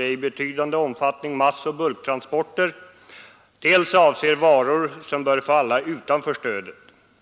i betydande utsträckning dels omfattar massoch bulktransporter, dels avser varor som bör falla utanför stödet.